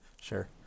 Sure